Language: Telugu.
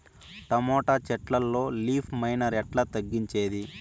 టమోటా చెట్లల్లో లీఫ్ మైనర్ ఎట్లా తగ్గించేది?